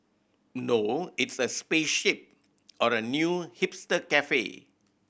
no it's a spaceship or a new hipster cafe